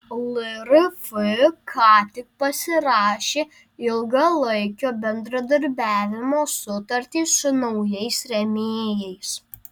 lrf ką tik pasirašė ilgalaikio bendradarbiavimo sutartį su naujais rėmėjais